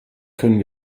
können